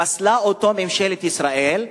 פסלה אותו ממשלת ישראל,